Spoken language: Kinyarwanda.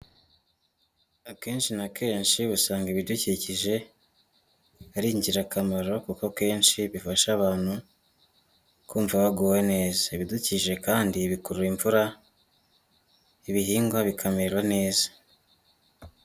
Akenshi na kenshi usanga ibidukikije ari ingirakamaro kuko akenshi bifasha abantu kumva baguwe neza, ibidukikije kandi bikurura imvura, ibihingwa bikamera neza.